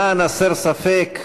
למען הסר ספק,